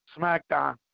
SmackDown